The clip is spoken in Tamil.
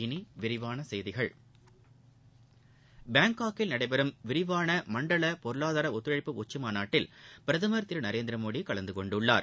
இனி விரிவான செய்திகள் பாங்காக்கில் நடைபெறும் விரிவான மன்டல பொருளாதார ஒத்துழைப்பு உச்சிமாநாட்டில் பிரதமர் திரு நரேந்திரமோடி கலந்து கொண்டுள்ளார்